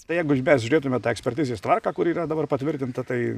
tai jeigu mes žiūrėtume tą ekspertizės tvarką kuri yra dabar patvirtinta tai